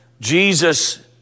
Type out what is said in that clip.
Jesus